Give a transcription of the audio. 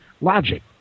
logic